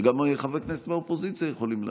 שגם חברי כנסת מהאופוזיציה יכולים להביא.